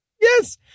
Yes